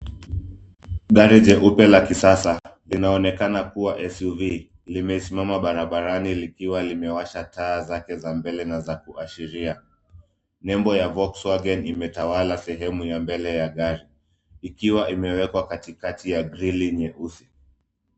Gari jeupe la kisasa linaonekana kuwa SUV, limesimama barabarani likiwa limewasha taa zake za mbele na za kuashiria. Nembo ya Volkswagen imetawala sehemu ya mbele ya gari, ikiwa imewekwa katikati ya grilli nyeusi.